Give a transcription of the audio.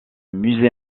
musée